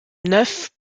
neufs